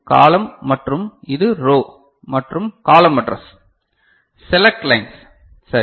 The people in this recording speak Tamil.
இது காலம் மற்றும் இது ரோ மற்றும் காலம் அட்ரஸ் செலக்ட் லைன்ஸ் சரி